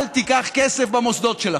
אל תיקח ממנה כסף למוסדות שלכם.